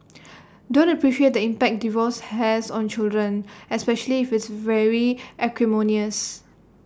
don't appreciate the impact divorce has on children especially if it's very acrimonious